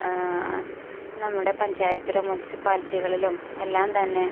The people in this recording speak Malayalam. ആ നമ്മുടെ പഞ്ചായത്തിലും മുൻസിപ്പാലിറ്റികളിലും എല്ലാം തന്നെ